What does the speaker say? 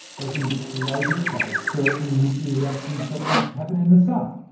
they can be created by certain nuclear reactions, such as happen in the sun.